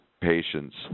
patients